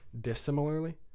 dissimilarly